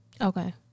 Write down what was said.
Okay